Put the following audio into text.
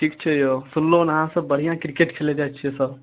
ठिक छै यौ सुनलहुँ हन अहाँ सब बढ़िआँ क्रिकेट खेलैत जाइ सब